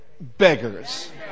beggars